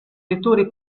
lettore